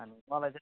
अनि मलाई चाहिँ